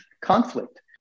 conflict